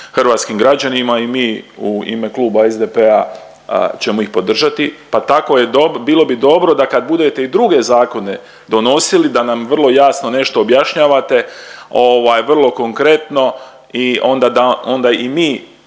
hrvatskim građanima i mi u ime Kluba SDP-a ćemo ih podržati, pa tako je do…, bilo bi dobro da kad budete i druge zakone donosili da nam vrlo jasno nešto objašnjavate, ovaj vrlo konkretno i onda da,